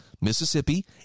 Mississippi